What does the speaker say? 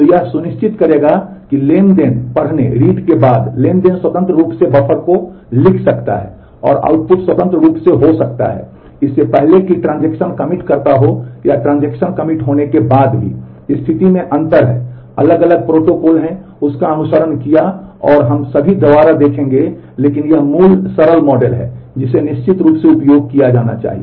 तो यह सुनिश्चित करेगा कि ट्रांज़ैक्शन पढ़ने के बाद ट्रांज़ैक्शन स्वतंत्र रूप से बफ़र्स को लिख सकता है और आउटपुट स्वतंत्र रूप से हो सकता है इससे पहले कि ट्रांजेक्शन होने के बाद भी स्थिति में अंतर है अलग अलग प्रोटोकॉल हैं उसका अनुसरण किया और हम सभी द्वारा देखेंगे लेकिन यह मूल सरल मॉडल है जिसे नियमित रूप से उपयोग किया जाएगा